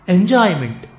Enjoyment